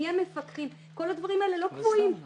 מי המפקחים כל הדברים האלה לא קבועים בצו.